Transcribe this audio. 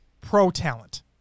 pro-talent